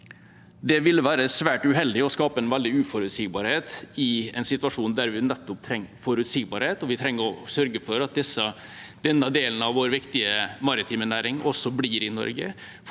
Det ville være svært uheldig og skape en veldig uforutsigbarhet i en situasjon der vi nettopp trenger forutsigbarhet. Vi trenger å sørge for at denne delen av vår viktige maritime næring blir i Norge,